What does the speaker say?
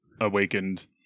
awakened